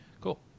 Cool